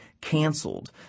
canceled